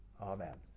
Amen